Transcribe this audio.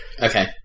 Okay